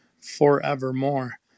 forevermore